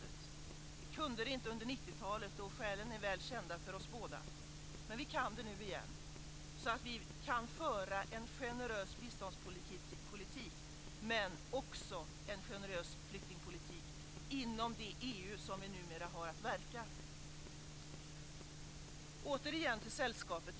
Det kunde vi inte under 90-talet, och skälen är väl kända för oss båda. Vi kan nu föra en generös biståndspolitik men också en generös flyktingpolitik inom det EU som vi numera har att verka i. Återigen till sällskapet.